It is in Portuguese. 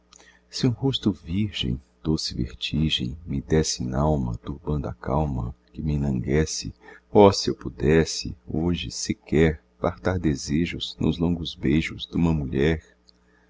se um rosto virgem doce vertigem me desse nalma turbando a calma que me enlanguece oh se eu pudesse hoje sequer fartar desejos nos longos beijos duma mulher